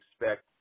expect